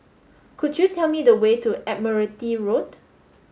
could you tell me the way to Admiralty Road